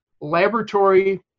laboratory